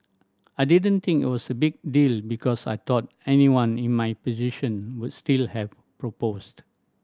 I didn't think it was a big deal because I thought anyone in my position would still have proposed